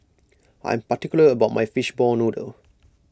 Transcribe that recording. I am particular about my Fishball Noodle